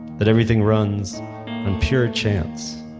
that everything runs on pure chance.